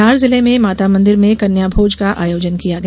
धार जिले में माता मंदिर में कन्या भोज का आयोजन किया गया